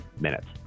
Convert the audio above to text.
minutes